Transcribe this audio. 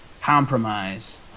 compromise